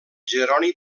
jeroni